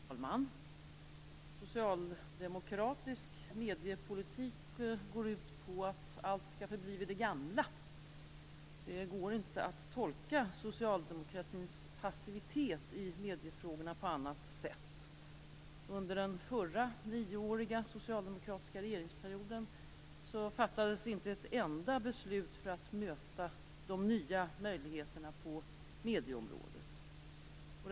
Herr talman! Socialdemokratisk mediepolitik går ut på att allt skall förbli vid det gamla. Det går inte att tolka socialdemokratins passivitet i mediefrågorna på annat sätt. Under den förra nioåriga socialdemokratiska regeringsperioden fattades inte ett enda beslut för att möta de nya möjligheterna på medieområdet.